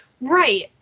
Right